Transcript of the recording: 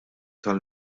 tal